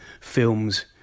films